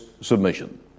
submission